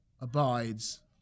abides